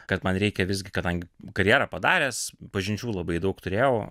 kad man reikia visgi kadangi karjerą padaręs pažinčių labai daug turėjau